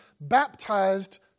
baptized